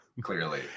clearly